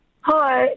Hi